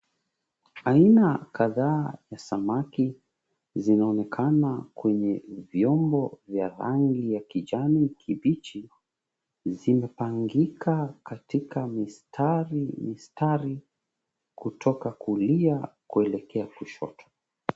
Aina kadhaa ya samaki zinaonekana kwenye vyombo za rangi ya kijani kibichi. Zimepangika katika mistari mistari kutoka kulia kuelekea kushoto.